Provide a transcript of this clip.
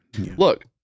Look